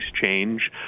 change